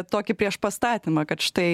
tokį priešpastatymą kad štai